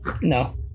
No